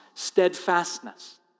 steadfastness